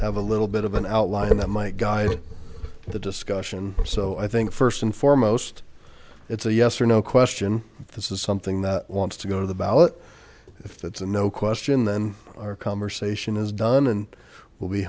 have a little bit of an outline that might guide the discussion so i think first and foremost it's a yes or no question if this is something that wants to go to the ballot if that's a no question then our conversation is done and will be